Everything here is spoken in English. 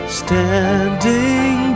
standing